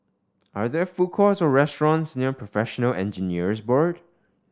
are there food courts or restaurants near Professional Engineers Board